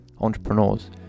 entrepreneurs